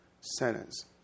sentence